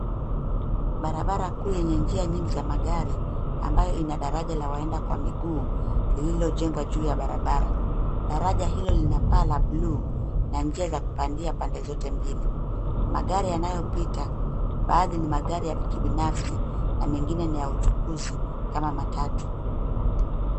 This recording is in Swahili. Barabara kuu yenye njia nyingi za magari ambayo ina daraja ya waenda kwa miguu lililojengwa juu ya barabara daraja hilo lina paa ya buluu na njia za kupandia pande zote mbili magari yanayopita baadhi ni magari ya kibinafsi na mengine ni ya uchukuzi kama matatu.